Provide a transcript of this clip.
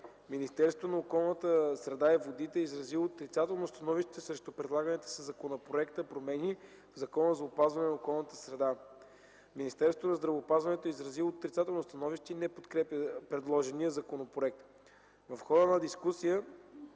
Министерството на околната среда и водите е изразило отрицателно становище срещу предлаганите със законопроекта промени в Закона за опазване на околната среда. Министерството на здравеопазването е изразило отрицателно становище и не подкрепя предложения законопроект. В хода на дискусията